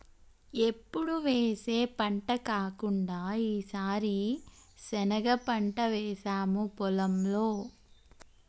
ఎప్పుడు వేసే పంట కాకుండా ఈసారి శనగ పంట వేసాము పొలంలో